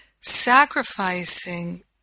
sacrificing